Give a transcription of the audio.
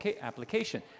application